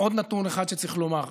עוד נתון אחד שצריך לומר: